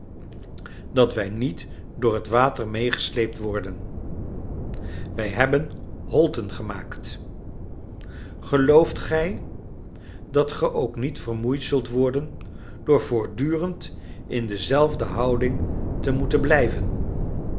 dat wij niet door het water meegesleept worden wij hebben holten gemaakt gelooft gij dat ge ook niet vermoeid zult worden door voortdurend in dezelfde houding te moeten blijven